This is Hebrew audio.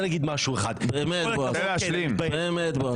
באמת, בועז.